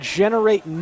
generate